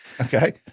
Okay